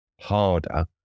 harder